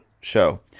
show